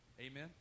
Amen